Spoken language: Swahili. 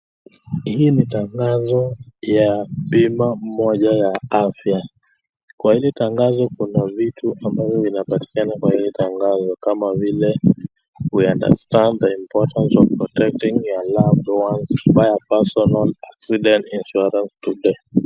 Hii ni tangazo ya bima moja ya afya. Kwa hili tangazo kuna vitu ambavyo vinapatikana kwa hili tangazo kama vile we understand the importance of protecting your loved ones ,buy a personal accident insurance today